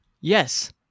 Yes